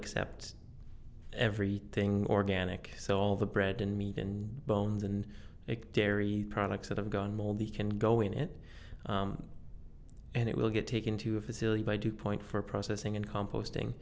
accept everything organic so all the bread and meat and bones and dairy products that have gone moldy can go in it and it will get taken to a facility by dew point for processing and composting